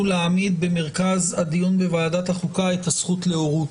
להעמיד במרכז הדיון בוועדת החוקה את הזכות להורות,